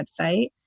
website